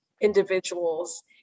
individuals